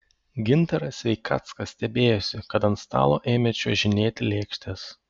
gintaras sveikackas stebėjosi kad ant stalo ėmė čiuožinėti lėkštės